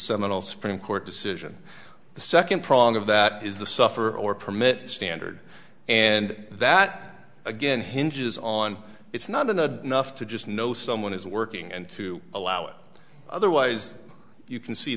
seminal supreme court decision the second prong of that is the sufferer or permit standard and that again hinges on it's not in a enough to just know someone is working and to allow it otherwise you can see